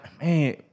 man